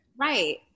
right